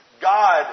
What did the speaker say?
God